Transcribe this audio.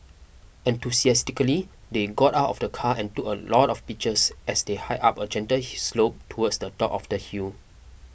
enthusiastically they got out of the car and took a lot of pictures as they hiked up a gentle slope towards the top of the hill